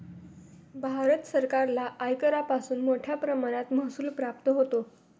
भारत सरकारला आयकरापासून मोठया प्रमाणात महसूल प्राप्त होतो